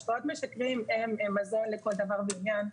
משקאות משכרים הם מזון לכל דבר ועניין,